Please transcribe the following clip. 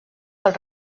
pels